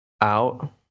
out